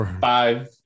five